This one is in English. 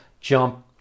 jump